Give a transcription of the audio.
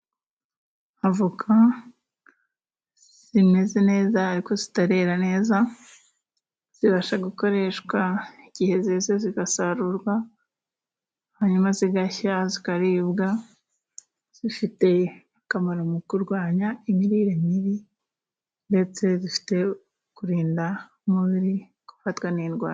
Avoka zimeze neza ariko zitarera neza zibasha gukoreshwa igihe zeze zigasarurwa, hanyuma zigashya zikaribwa. Zifite akamaro mu kurwanya imirire mibi, ndetse zifite kurinda umubiri gufatwa n'indwara.